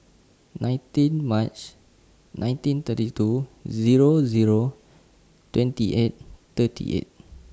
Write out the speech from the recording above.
nineteen March nineteen thirty two Zero Zero twenty eight thirty eight